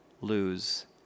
lose